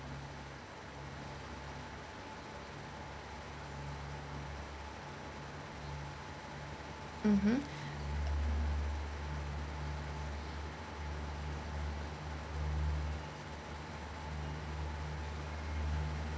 mmhmm